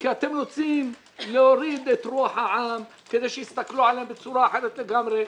כי אתם רוצים להוריד את רוח העם כדי שיסתכלו עליהם בצורה אחרת לגמרי.